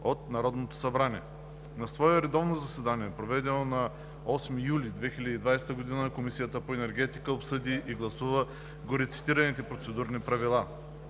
от Народното събрание На свое редовно заседание, проведено на 8 юли 2020 г., Комисията по енергетика обсъди и гласува горецитираните Процедурни правила.